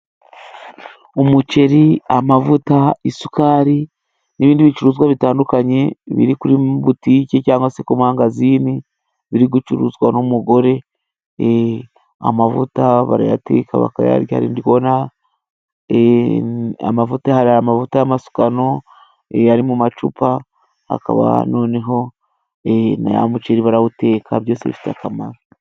Umuceri, amavuta, isukari n'ibindi bicuruzwa bitandukanye biri kuri butiki cyangwa se ku mangazini biri gucuruzwa n'umugore, amavuta barayateka bakayarya ndikubona amavuta, hari amavuta y'amasukano yari mu macupa akaba ahantu ni nayamuceri barawuteka byose bifite akamaro